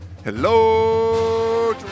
Hello